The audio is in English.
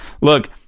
look